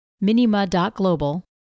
Minima.Global